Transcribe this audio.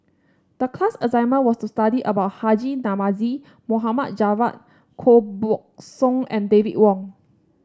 the class assignment was to study about Haji Namazie Mohd Javad Koh Buck Song and David Wong